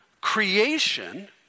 creation